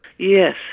Yes